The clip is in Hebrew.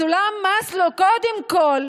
בסולם מאסלו, קודם כול